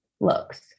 looks